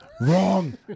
Wrong